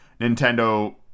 nintendo